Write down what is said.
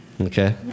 Okay